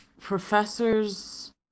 professors